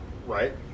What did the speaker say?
right